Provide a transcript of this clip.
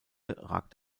ragt